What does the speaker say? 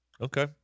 Okay